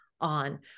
on